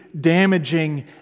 damaging